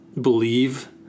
believe